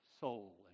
soul